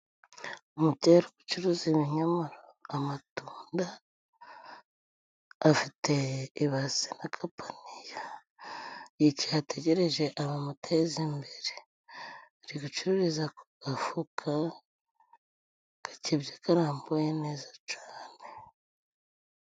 Umubyeyi uri gucuruza ibinyomoro, amatunda, afite ibase n'agapaniye, yicaye ategereje abamuteza imbere, ari gucururiza ku gafuka gakebye, karambuye neza cane.